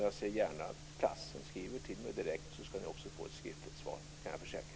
Jag ser gärna att klassen skriver till mig direkt så ska den också få ett skriftligt svar. Det kan jag försäkra.